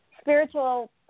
spiritual